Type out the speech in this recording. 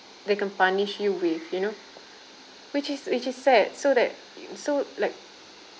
they can punish you with you know which is which is sad so that so like